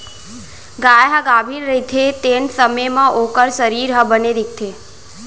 गाय ह गाभिन रथे तेन समे म ओकर सरीर ह बने दिखथे